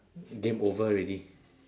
game over already